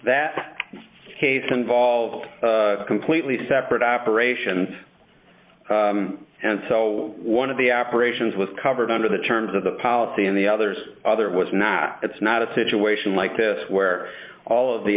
that case involves a completely separate operation and so one of the operations was covered under the terms of the policy and the others other was not it's not a situation like this where all of the